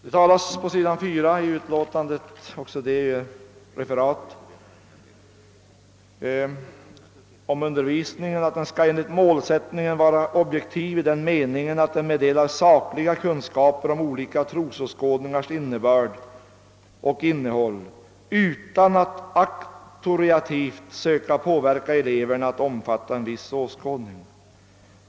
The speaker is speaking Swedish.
I utskottets referat av skolöverstyrelsens yttrande sägs det också: »Undervisningen skall enligt målsättningen vara "objektiv i den meningen att den meddelar sakliga kunskaper om olika trosåskådningars innebörd och innehåll utan att auktoritativt söka påverka eleverna att omfatta en viss åskådning”.